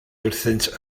wrthynt